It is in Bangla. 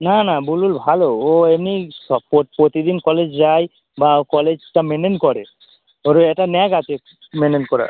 না না বুলবুল ভালো ও এমনি সব প্রতিদিন কলেজ যায় বা কলেজটা মেন্টেন করে ওর ওই একটা ন্যাক আছে মেন্টেন করার